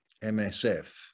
msf